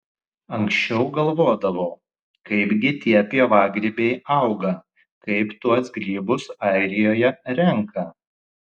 anksčiau galvodavau kaipgi tie pievagrybiai auga kaip tuos grybus airijoje renka